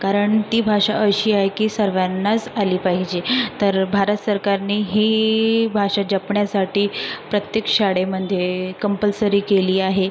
कारण ती भाषा अशी आहे की सर्वांनाच आली पाहिजे तर भारत सरकारने ही भाषा जपण्यासाठी प्रत्येक शाळेमध्ये कंपल्सरी केली आहे